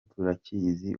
turakizi